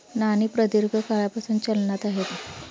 नाणी प्रदीर्घ काळापासून चलनात आहेत